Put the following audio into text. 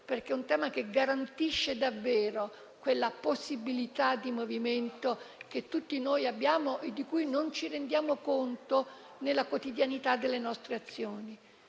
delicato, perché garantisce davvero quella possibilità di movimento che tutti noi abbiamo e di cui non ci rendiamo conto nella quotidianità delle nostre azioni.